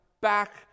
back